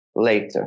Later